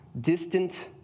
distant